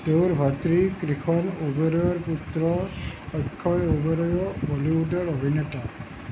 তেওঁৰ ভাতৃ কৃষণ ওবেৰয়ৰ পুত্ৰ অক্ষয় ওবেৰয়ো বলীউডৰ অভিনেতা